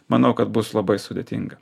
manau kad bus labai sudėtinga